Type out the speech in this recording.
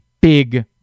big